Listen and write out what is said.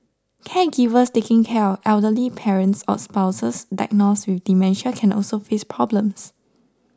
caregivers taking care of elderly parents or spouses diagnosed with dementia can also face problems